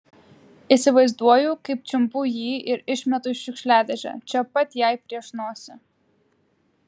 įsivaizduoju kaip čiumpu jį ir išmetu į šiukšliadėžę čia pat jai prieš nosį